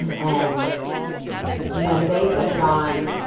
and when they put it on,